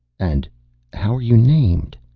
and how are you named?